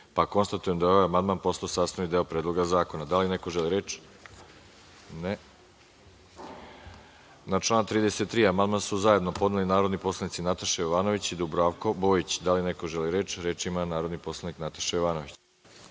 Srbije. Konstatujem da je ovaj amandman postao sastavni deo Predloga zakona. Da li neko želi reč? (Ne.)Na član 33. amandman su zajedno podneli narodni poslanici Nataša Jovanović i Dubravko Bojić. Da li neko želi reč? (Da.)Reč ima narodni poslanik Nataša Jovanović.